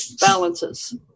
balances